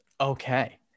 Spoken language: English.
Okay